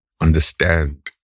understand